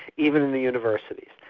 even in a university.